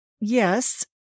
yes